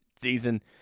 season